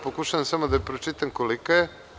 Pokušavam samo da pročitam kolika je.